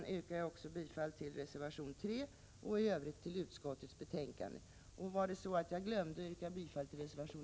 Med detta yrkar jag bifall också till reservation 3 och i övrigt till utskottets hemställan.